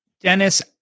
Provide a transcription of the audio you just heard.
Dennis